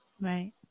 Right